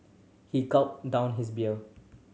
he gulped down his beer